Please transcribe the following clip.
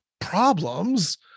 problems